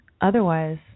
Otherwise